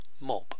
mob